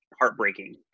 heartbreaking